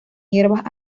hierbas